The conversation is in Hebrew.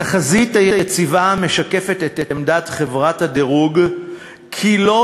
התחזית היציבה משקפת את עמדת חברת הדירוג כי לא